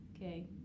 Okay